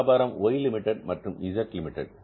வியாபாரம் Y limited மற்றும் வியாபாரம் Z லிமிடெட்